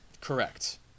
Correct